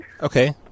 Okay